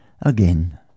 again